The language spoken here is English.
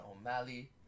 O'Malley